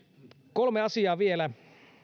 kolme asiaa vielä